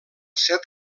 set